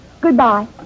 Goodbye